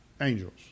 angels